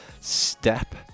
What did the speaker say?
step